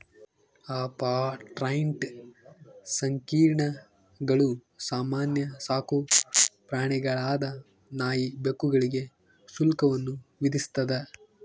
apartment ಸಂಕೀರ್ಣಗಳು ಸಾಮಾನ್ಯ ಸಾಕುಪ್ರಾಣಿಗಳಾದ ನಾಯಿ ಬೆಕ್ಕುಗಳಿಗೆ ಶುಲ್ಕವನ್ನು ವಿಧಿಸ್ತದ